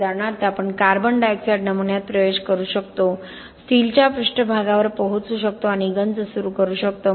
उदाहरणार्थ आपण carbon dioxide नमुन्यात प्रवेश करू शकतो स्टीलच्या पृष्ठभागावर पोहोचू शकतो आणि गंज सुरू करू शकतो